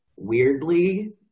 weirdly